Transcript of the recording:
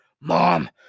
Mom